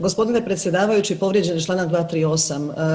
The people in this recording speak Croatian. Gospodine predsjedavajući povrijeđen je članak 238.